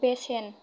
बेसेन